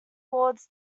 lords